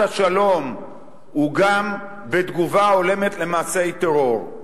השלום הוא גם בתגובה הולמת למעשי טרור,